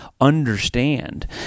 understand